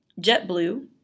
JetBlue